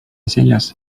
seljas